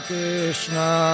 Krishna